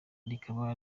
rikaba